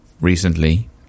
recently